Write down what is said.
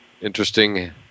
interesting